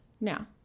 Now